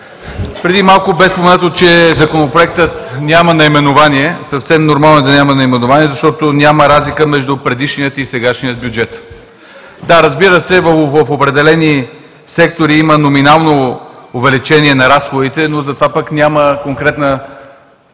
Преди малко бе споменато, че Законопроектът няма наименование. Съвсем нормално е да няма наименование, защото няма разлика между предишния и сегашния бюджет. Да, разбира се, в определени сектори има номинално увеличение на разходите, но затова пък няма конкретна